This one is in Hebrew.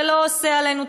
ולא עושה עלינו,